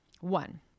one